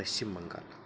Paschimbangal